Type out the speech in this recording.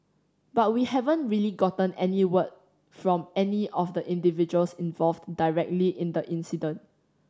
but we haven't really gotten any word from any of the individuals involved directly in the incident